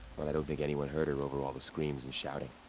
but i don't think anyone heard her over all the screams and shouting.